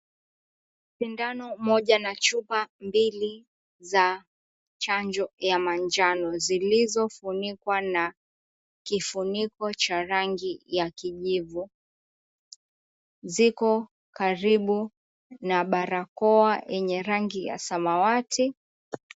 Sindano moja na chupa mbili za chanjo ya manjano zilizofunikwa na kifuniko cha rangi ya kijivu. Ziko karibu na barakoa yenye rangi ya samawati.